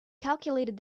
calculated